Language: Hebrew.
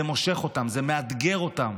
זה מושך אותן, זה מאתגר אותן.